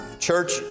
church